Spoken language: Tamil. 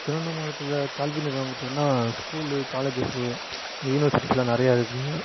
திருவண்ணா மாவட்டத்தில் கல்வி நிறுவனங்கள் பார்த்தின்னா ஸ்கூலு காலேஜஸ்ஸு இந்த யுனிவர்சிட்டிஸ்லாம் நிறையா இருக்குது